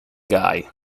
guy